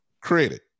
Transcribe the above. credit